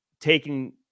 taking